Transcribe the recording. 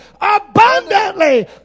abundantly